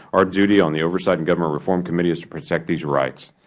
our duty on the oversight and government reform committee is to protect these rights.